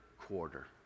quarter